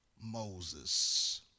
Moses